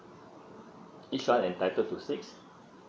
each one entitled to six